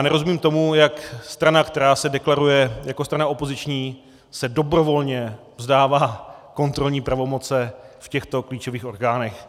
Nerozumím tomu, jak strana, která se deklaruje jako strana opoziční, se dobrovolně vzdává kontrolní pravomoci v těchto klíčových orgánech.